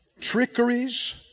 trickeries